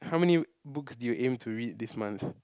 how many books do you aim to read this month